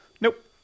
nope